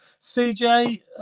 CJ